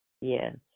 Yes